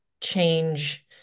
change